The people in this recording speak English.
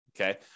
Okay